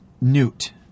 Newt